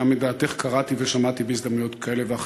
גם את דעתך קראתי ושמעתי בהזדמנויות כאלה ואחרות.